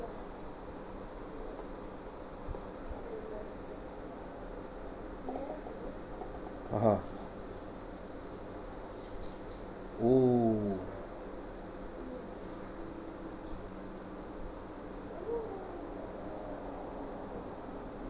(uh huh) oo